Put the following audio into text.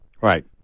Right